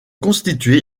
constitué